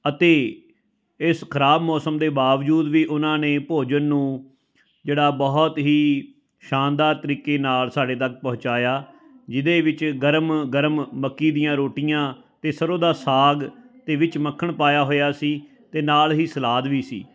ਅਤੇ ਇਸ ਖਰਾਬ ਮੌਸਮ ਦੇ ਬਾਵਜੂਦ ਵੀ ਉਹਨਾਂ ਨੇ ਭੋਜਨ ਨੂੰ ਜਿਹੜਾ ਬਹੁਤ ਹੀ ਸ਼ਾਨਦਾਰ ਤਰੀਕੇ ਨਾਲ ਸਾਡੇ ਤੱਕ ਪਹੁੰਚਾਇਆ ਜਿਹਦੇ ਵਿੱਚ ਗਰਮ ਗਰਮ ਮੱਕੀ ਦੀਆਂ ਰੋਟੀਆਂ ਅਤੇ ਸਰ੍ਹੋਂ ਦਾ ਸਾਗ ਅਤੇ ਵਿੱਚ ਮੱਖਣ ਪਾਇਆ ਹੋਇਆ ਸੀ ਅਤੇ ਨਾਲ ਹੀ ਸਲਾਦ ਵੀ ਸੀ